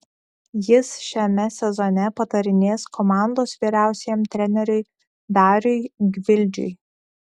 jis šiame sezone patarinės komandos vyriausiajam treneriui dariui gvildžiui